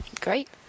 Great